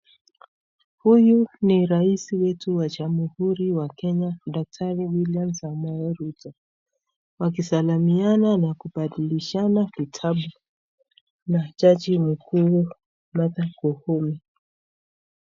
Huyu ni rais wetu wa jamuhuri wa kenya Daktari William samoe ruto, wakisalimiana na wakibadilishana kitabu na jaji kuu Martha koome.